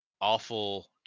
awful